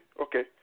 okay